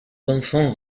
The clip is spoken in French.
enfants